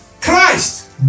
Christ